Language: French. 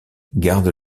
garde